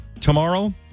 tomorrow